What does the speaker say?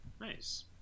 nice